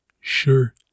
sure